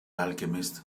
alchemist